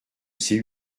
ces